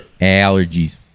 Allergies